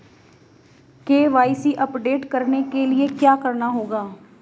KYC update करने के लिए क्या करना होगा?